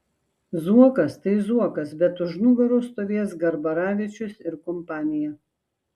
zuokas tai zuokas bet už nugaros stovės garbaravičius ir kompanija